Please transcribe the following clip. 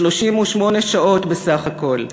38 שעות בסך הכול.